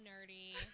nerdy